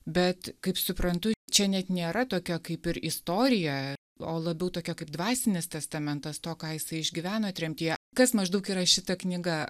bet kaip suprantu čia net nėra tokia kaip ir istorija o labiau tokia kaip dvasinis testamentas to ką jisai išgyveno tremtyje kas maždaug yra šita knyga